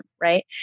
right